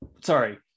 Sorry